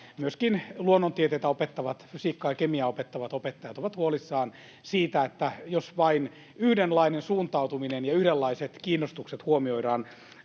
myöskin luonnontieteitä opettavat, fysiikkaa ja kemiaa opettavat opettajat ovat huolissaan siitä, jos vain yhdenlainen suuntautuminen ja yhdenlaiset kiinnostukset huomioidaan